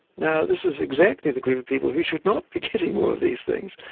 now this is exactly the group of people who should not be getting more of these things,